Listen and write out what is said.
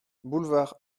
boulevard